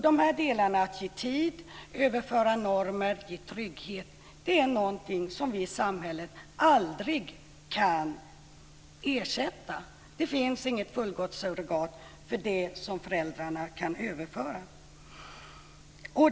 De tre delarna ge tid, överföra normer och ge trygghet, är något som vi i samhället aldrig kan ersätta. Det finns inget fullgott surrogat för det som föräldrarna kan överföra.